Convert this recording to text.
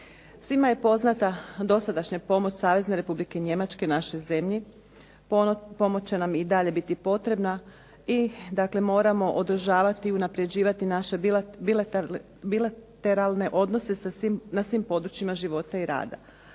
Svima je poznata dosadašnja pomoć Savezne Republike Njemačke našoj zemlji, pomoć će nam i dalje biti potrebna i moramo uvažavati i podržavati naše bilateralne odnose na svim područjima života i rada.